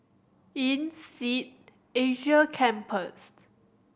INSEAD Asia Campus